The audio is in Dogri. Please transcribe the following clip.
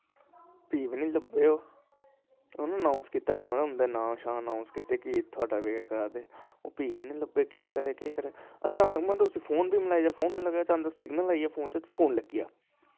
फ्ही बी नी लब्भे ओह् उ'नें अनाउंस कीता मतलव उं'दा नां शां कि तुआढ़ा वेट करा दे फ्ही बी नी लब्भे केह् करे केह् करे अच्छा में उसी फोन कीता फोन सिगनल आई गेई तां कर फोन लग्गी गेआ